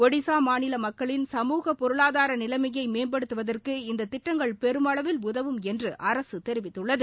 ஒடிஸா மாநில மக்களின் சமூக பொருளாதார நிலைமையை மேம்படுத்துவதற்கு இந்த திட்டங்கள் பெருமளவில் உதவும் என்று அரசு தெரிவித்துள்ளது